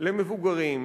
למבוגרים,